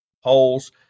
holes